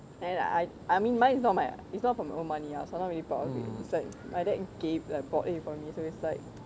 and I I mean mine it's not my it's not from my own money ah so not very proud of it it's like my dad gave bought it for me so it's like